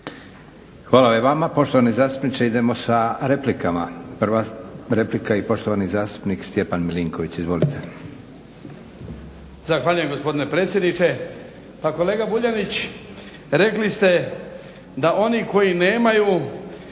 Hvala i vama poštovani zastupniče. Idemo sa replikama. Prva replika i poštovani zastupnik Stjepan Milinković. Izvolite. **Milinković, Stjepan (HDZ)** Zahvaljujem gospodine predsjedniče. Pa kolega Vuljanić rekli ste da oni koji nemaju